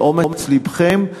את אומץ לבכם,